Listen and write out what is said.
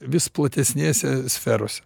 vis platesnėse sferose